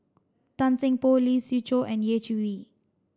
Tan Seng Poh Lee Siew Choh and Yeh Chi Wei